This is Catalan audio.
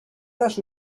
les